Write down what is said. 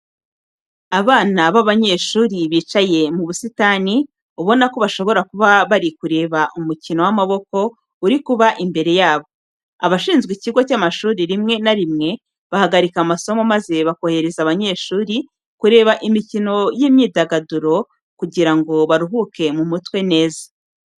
Abana b'abanyeshuri bicaye mu busitani ubona ko bashobora kuba bari kureba umukino w'amaboko uri kuba imbere yabo. Abashinzwe ikigo cy'amashuri rimwe na rimwe bahagarika amasomo maze bakohereza abanyeshuri kureba imikino y'imyidagaduro kugira ngo baruhuke mu mutwe neza.